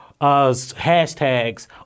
hashtags